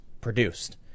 produced